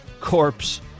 corpse